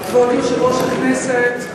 כבוד יושב-ראש הכנסת,